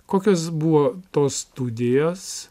kokios buvo tos studijos